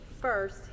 first